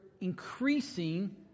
increasing